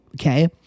Okay